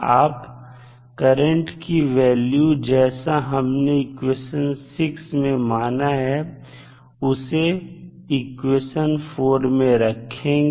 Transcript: आप करंट की वैल्यू जैसा हमने इक्वेशन 6 में माना है उसे इक्वेशन 4 में रखेंगे